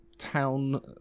Town